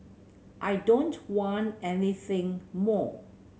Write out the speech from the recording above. I don't want anything more